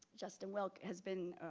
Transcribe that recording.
justin wilk has been